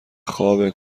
خوابه